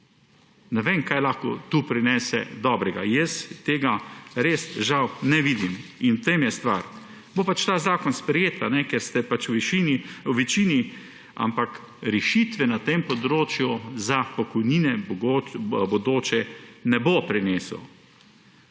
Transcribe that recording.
Ne vem, kaj lahko to prinese dobrega. Jaz tega res žal ne vidim. In v tem je stvar. Bo pač ta zakon sprejet, ker ste pač v večini, ampak rešitve na tem področju za pokojnine v bodoče ne bo prinesel.